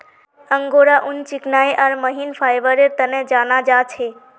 angora ऊन चिकनाई आर महीन फाइबरेर तने जाना जा छे